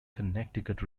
connecticut